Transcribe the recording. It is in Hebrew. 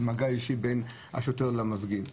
מגע אישי בין השוטר למפגין,